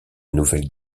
nouvelle